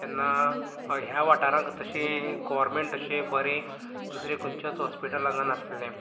तेन्ना ह्या वाठारांत तशी गोव्हरमेंट तशें बरें दुसरें खंयचेंच हाॅस्पिटल हांगा नासलें